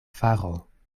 faro